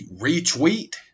retweet